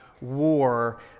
war